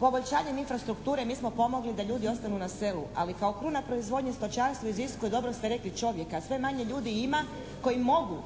Poboljšanjem infrastrukture mi smo pomogli da ljudi ostanu na selu, ali kao kruna proizvodnje stočarstva iziskuje dobro ste rekli čovjeka. Sve manje ljudi ima koji mogu